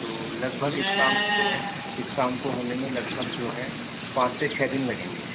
تو لگ بھگ اس کام کو اس کام کو ہونے میں لگ بھگ جو ہے پانچ سے چھ دن لگیں گے